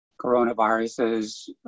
coronaviruses